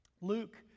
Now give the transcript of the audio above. Luke